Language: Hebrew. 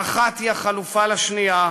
האחת היא החלופה לשנייה,